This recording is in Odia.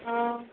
ହଁ